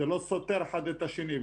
זה לא סותר אחד את השני.